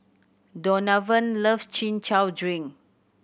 Donavan love Chin Chow drink